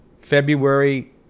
February